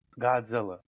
Godzilla